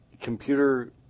computer